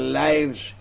lives